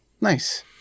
Nice